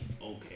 okay